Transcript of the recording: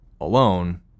alone